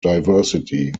diversity